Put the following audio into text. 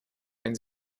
wenn